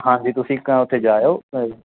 ਹਾਂਜੀ ਤੁਸੀਂ ਉੱਥੇ ਜਾ ਆਇਓ